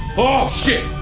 oh shit!